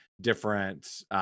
different